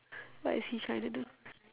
what is he trying to do